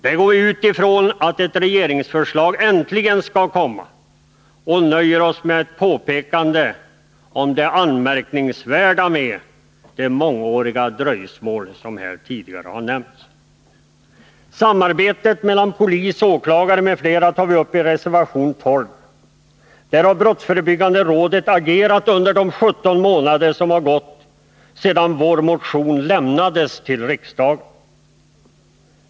Där går vi ut ifrån att ett regeringsförslag äntligen skall komma och nöjer oss med ett påpekande om det anmärkningsvärda i det mångåriga dröjsmål som här tidigare nämnts. Samarbetet mellan polis, åklagare m.fl. tar vi uppi reservation 12. Där har Brottsförebyggande rådet agerat under de 17 månader som gått sedan vår motion väcktes i riksdagen.